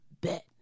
bet